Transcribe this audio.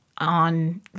on